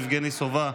יבגני סובה,